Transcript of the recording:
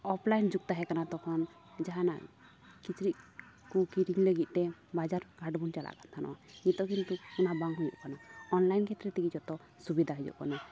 of line ᱡᱩᱜᱽ ᱛᱟᱦᱮᱸ ᱠᱟᱱᱟ ᱛᱚᱠᱷᱚᱱ ᱡᱟᱦᱟᱱᱟᱜ ᱠᱤᱪᱨᱤᱜ ᱠᱩ ᱠᱤᱨᱤᱧ ᱞᱟᱹᱜᱤᱫ ᱛᱮ ᱵᱟᱡᱟᱨ ᱠᱚ ᱦᱟᱴ ᱵᱚᱱ ᱪᱟᱞᱟᱜ ᱠᱟᱱ ᱛᱟᱦᱮᱱᱚᱜᱼᱟ ᱱᱤᱛᱚᱜ ᱠᱤᱱᱛᱩ ᱚᱱᱟ ᱵᱟᱝ ᱦᱩᱭᱩᱜ ᱠᱟᱱᱟ ᱚᱱᱞᱟᱭᱤᱱ ᱠᱷᱮᱛᱨᱮ ᱛᱮᱜᱮ ᱡᱚᱛᱚ ᱥᱩᱵᱤᱫᱟ ᱦᱩᱭᱩᱜ ᱠᱟᱱᱟ